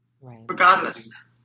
regardless